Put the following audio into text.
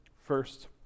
first